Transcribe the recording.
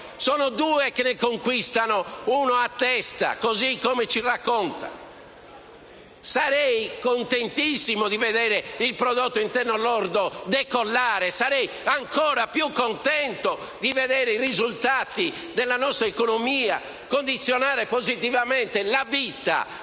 sono due a conquistarne uno a testa, così come ci raccontano. Così come sarei contentissimo di vedere il prodotto interno lordo decollare e sarei ancora più contento di vedere i risultati della nostra economia condizionare positivamente la vita